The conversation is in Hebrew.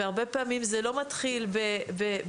והרבה פעמים זה לא מתחיל באשפוז,